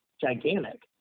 gigantic